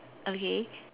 okay